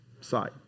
side